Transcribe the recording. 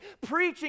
preaching